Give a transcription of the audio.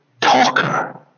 talker